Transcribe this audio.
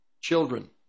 children